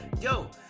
yo